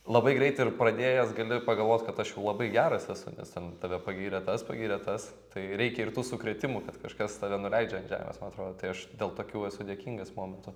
labai greit ir pradėjęs gali pagalvot kad aš jau labai geras esu nes ten tave pagyrė tas pagyrė tas tai reikia ir tų sukrėtimų kad kažkas tave nuleidžia ant žemės man atrodo tai aš dėl tokių esu dėkingas momentų